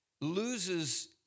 Loses